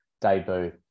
debut